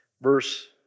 Verse